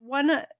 One